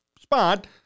spot